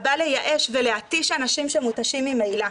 הבא לייאש ולהתיש אנשים שמותשים ממילא.